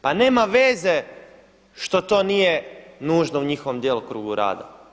Pa nema veze što to nije nužno u njihovom djelokrugu rada.